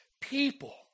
people